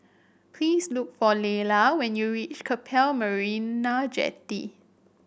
please look for Layla when you reach Keppel Marina Jetty